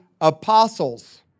apostles